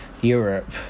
Europe